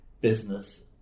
business